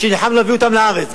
ונלחמנו להביא אותם לארץ,